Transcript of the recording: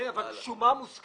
כן, אבל שומה מוסכמת.